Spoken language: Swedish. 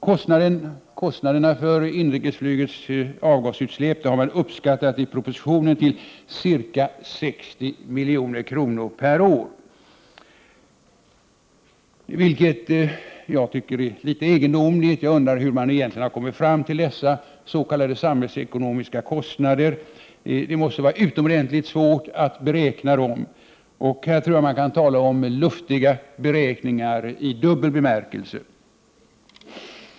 Kostnaderna för inrikesflygets avgasutsläpp har i propositionen uppskattats till ca 60 milj.kr. per år, vilket jag tycker är litet egendomligt. Jag undrar hur man egentligen har kommit fram till dessa s.k. samhällsekonomiska kostnader. Det måste vara utomordentligt svårt att beräkna dem, och jag tror att man kan tala om luftiga beräkningar i dubbel bemärkelse.